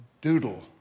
doodle